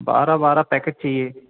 बारह बारह पैकेट चाहिए